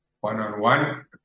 one-on-one